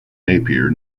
napier